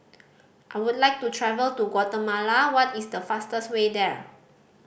I would like to travel to Guatemala what is the fastest way there